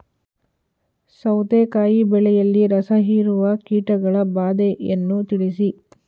ಸೌತೆಕಾಯಿ ಬೆಳೆಯಲ್ಲಿ ರಸಹೀರುವ ಕೀಟಗಳ ಬಾಧೆಯನ್ನು ತಿಳಿಸಿ?